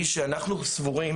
היא שאנחנו סבורים